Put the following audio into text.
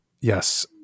yes